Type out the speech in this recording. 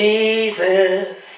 Jesus